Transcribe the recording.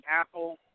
apple